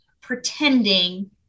pretending